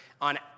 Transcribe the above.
on